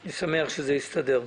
ואני שמח שזה הסתדר.